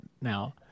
now